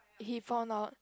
he found out